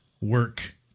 work